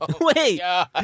Wait